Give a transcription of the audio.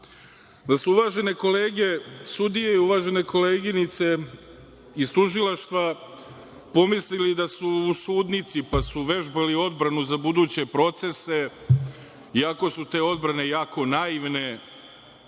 da su uvažene kolege sudije i uvažene koleginice iz tužilaštva pomislili da su u sudnici, pa su vežbali odbranu za buduće procese, iako su te odbrane jako naivne